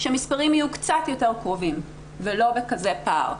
שהמספרים יהיו קצת יותר קרובים ולא בכזה פער.